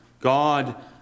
God